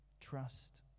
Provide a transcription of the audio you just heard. trust